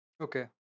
Okay